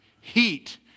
heat